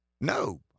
No